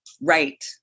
Right